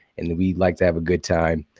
and we like to have a good time.